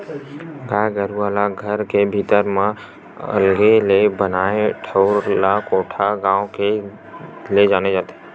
गाय गरुवा ला घर के भीतरी म अलगे ले बनाए ठउर ला कोठा नांव ले जाने जाथे